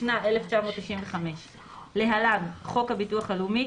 התשנ"ה 1995 (להלן חוק הביטוח הלאומי),